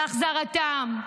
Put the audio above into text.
להחזרתם.